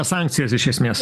sankcijas iš esmės